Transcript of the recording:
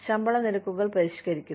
ശമ്പള നിരക്കുകൾ പരിഷ്കരിക്കുന്നു